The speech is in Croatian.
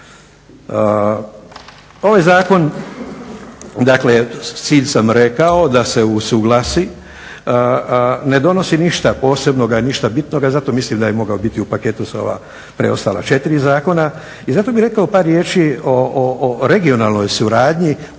Ovaj zakon cilj sam rekao da se usuglasi ne donosi ništa posebnoga i ništa bitnoga, zato mislim da je mogao biti u paketu s ova preostala četiri zakona i zato bih rekao par riječi o regionalnoj suradnji